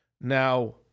Now